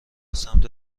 سمت